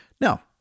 Now